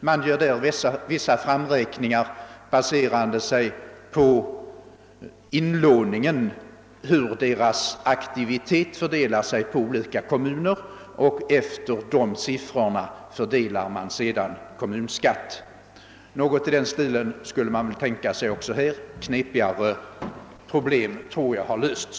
Man gör där vissa framräkningar av ett s.k. förhållandetal för de olika kontoren, varvid man baserar sig på den sammanlagda inlåningen och utlåningen som ett mått på hur bankernas aktivitet fördelar sig på olika kommuner. Efter dessa siffror fördelar man sedan kommunskatt. Något i den stilen skall man väl kunna tänka sig också här. Knepigare problem tror jag har lösts.